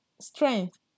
strength